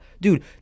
dude